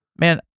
Man